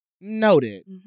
noted